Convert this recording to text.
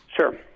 Sure